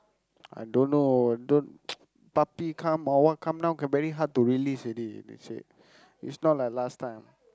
I don't know don't puppy come or what come down now very hard to release already they said it's not like last time